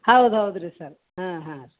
ಹೌದು ಹೌದು ರೀ ಸರ್ ಹಾಂ ಹಾಂ ರೀ